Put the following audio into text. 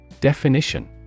Definition